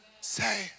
say